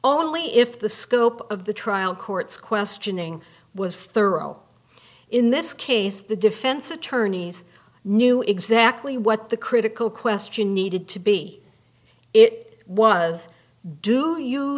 only if the scope of the trial court's questioning was thorough in this case the defense attorneys knew exactly what the critical question needed to be it was do you